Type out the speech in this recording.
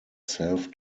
self